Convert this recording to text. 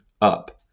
up